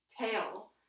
tail